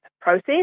process